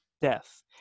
death